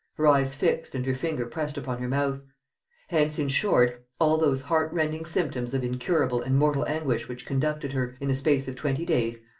her eyes fixed and her finger pressed upon her mouth hence, in short, all those heart-rending symptoms of incurable and mortal anguish which conducted her, in the space of twenty days,